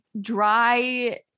dry